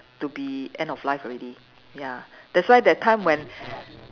to be end of life already ya that's why that time when